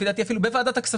לפי דעתי אפילו בוועדת הכספים,